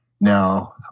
Now